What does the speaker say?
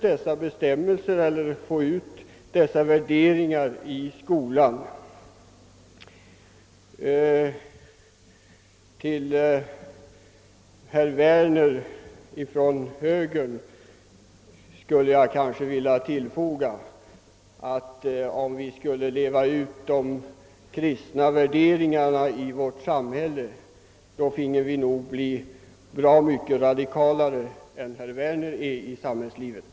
Det gäller emellertid att få ut värderingarna i skolan. Till herr Werner, som representerar högerpartiet, vill jag säga att om vi skulle leva ut de kristna värderingarna i vårt samhälle, får vi nog bli bra mycket radikalare än herr Werner är i samhällslivet.